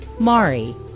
Mari